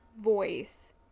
voice